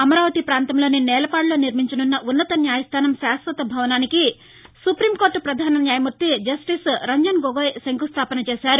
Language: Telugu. అమరావతి పాంతంలోని నేలపాడులో నిర్మించనున్న ఉన్నత న్యాయస్థానం శాశ్వత భవనానికి సుటీంకోర్లు ప్రధాన న్యాయమూర్తి జస్లిస్ రంజన్ గొగోయ్ శంకుస్తాపన చేశారు